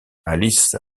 alice